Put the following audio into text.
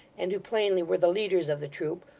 and who plainly were the leaders of the troop,